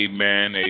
Amen